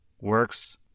Works